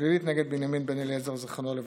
פלילית נגד בנימין בן אליעזר, זיכרונו לברכה.